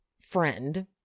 friend